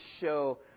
show